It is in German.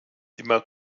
immer